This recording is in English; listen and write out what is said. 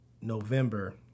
November